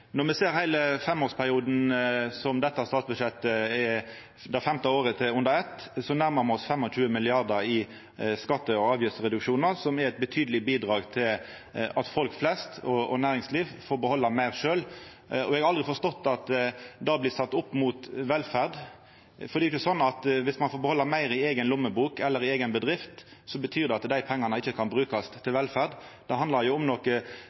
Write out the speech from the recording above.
Når me ser heile femårsperioden som dette statsbudsjettet er det femte året i, under eitt, nærmar me oss 25 mrd. kr i skatte- og avgiftsreduksjonar, noko som er eit betydeleg bidrag til at folk flest og næringsliv får behalda meir sjølve. Eg har aldri forstått at det blir sett opp mot velferd. Det er ikkje slik at om ein får behalda meir i eiga lommebok eller eiga bedrift, betyr det at dei pengane ikkje kan brukast til velferd. Det handlar om noko